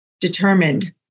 Determined